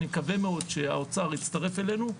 אני מקווה מאוד שהאוצר יצטרף אלינו.